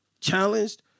Challenged